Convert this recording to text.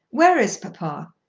where is papa?